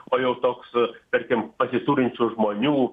o jau toks tarkim pasiturinčių žmonių